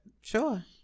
Sure